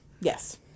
yes